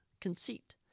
conceit